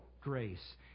grace